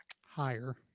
Higher